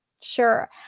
sure